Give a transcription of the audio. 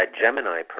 Gemini